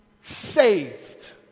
saved